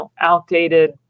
outdated